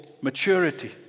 maturity